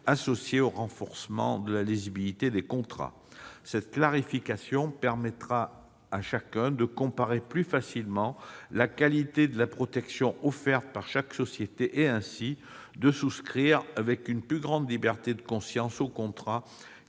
associée au renforcement de la lisibilité des contrats. Cette clarification permettra à chacun de comparer plus facilement la qualité de la protection offerte par chaque société et, ainsi, de souscrire avec une plus grande liberté de conscience le contrat